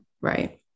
Right